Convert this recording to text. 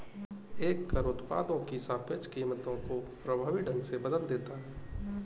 एक कर उत्पादों की सापेक्ष कीमतों को प्रभावी ढंग से बदल देता है